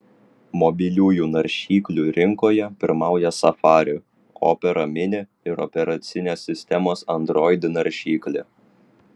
mobiliųjų naršyklių rinkoje pirmauja safari opera mini ir operacinės sistemos android naršyklė